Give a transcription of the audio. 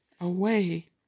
away